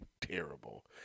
terrible